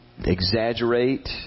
exaggerate